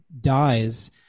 dies